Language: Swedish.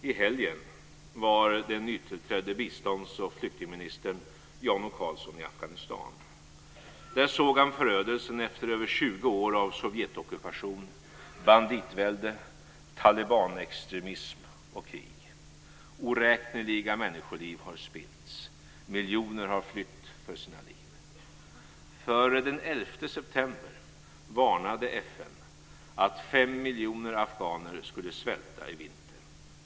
I helgen var den nytillträdde biståndsoch flyktingministern Jan O Karlsson i Afghanistan. Där såg han förödelsen efter över 20 år av Sovjetockupation, banditvälde, talibanextremism och krig. Oräkneliga människoliv har spillts. Miljoner har flytt för sina liv. Före den 11 september varnade FN att 5 miljoner afghaner skulle svälta i vinter.